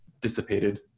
dissipated